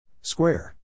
Square